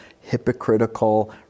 hypocritical